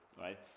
right